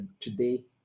today